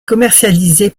commercialisé